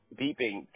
beeping